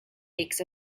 lakes